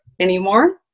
anymore